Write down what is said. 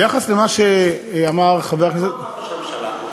ביחס למה שאמר חבר הכנסת, ומה אמר ראש הממשלה?